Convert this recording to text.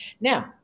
Now